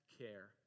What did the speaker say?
care